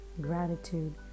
gratitude